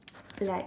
like